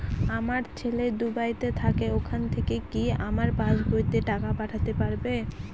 আমার ছেলে দুবাইতে থাকে ওখান থেকে কি আমার পাসবইতে টাকা পাঠাতে পারবে?